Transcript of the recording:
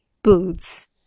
Boots